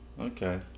Okay